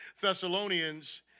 Thessalonians